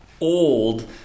old